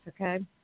Okay